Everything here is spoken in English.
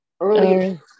earlier